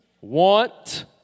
want